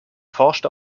forschte